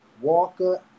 Walker